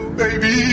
baby